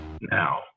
now